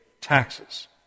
taxes